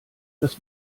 das